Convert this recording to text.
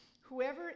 Whoever